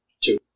Two